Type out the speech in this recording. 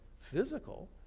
physical